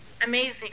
amazing